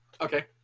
Okay